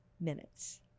minutes